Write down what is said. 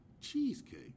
cheesecake